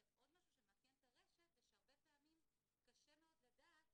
עוד משהו שמאפיין את הרשת זה שהרבה פעמים קשה מאוד לדעת